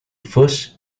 first